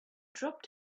dropped